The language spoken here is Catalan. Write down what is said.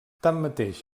tanmateix